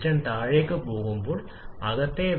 76 മോളിലെ നൈട്രജനും അതിനൊപ്പം വരുന്നു